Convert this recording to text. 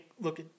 look